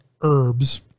herbs